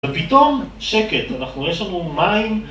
ופתאום שקט, אנחנו יש לנו מים